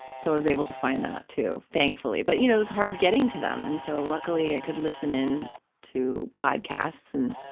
so i was able to find that, too, thankfully, but, you know, it was hard getting to them. and so, luckily, i could listen in to podcasts and,